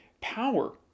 power